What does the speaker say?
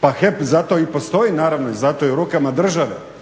Pa HEP zato i postoji naravno i zato je u rukama države